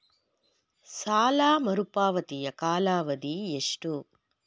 ಸಾಲ ಮರುಪಾವತಿಯ ಕಾಲಾವಧಿ ಎಷ್ಟು?